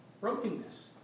Brokenness